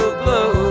glow